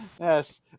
Yes